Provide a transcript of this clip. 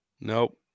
Nope